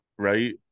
right